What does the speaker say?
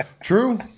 true